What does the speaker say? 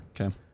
Okay